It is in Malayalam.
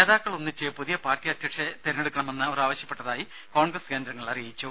നേതാക്കൾ ഒന്നിച്ച് പുതിയ പാർട്ടി അധ്യക്ഷനെ തെരഞ്ഞെടുക്കണമെന്ന് അവർ ആവശ്യപ്പെട്ടതായി കോൺഗ്രസ് കേന്ദ്രങ്ങൾ അറിയിച്ചു